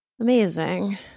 Amazing